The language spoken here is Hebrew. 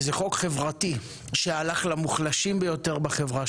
וזה חוק חברתי שהלך למוחלשים ביותר בחברה,